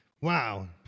Wow